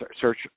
search